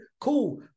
Cool